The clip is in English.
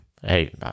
Hey